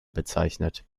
bezeichnet